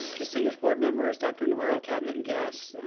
distinguished board members, dr. navarro, cabinet and guests.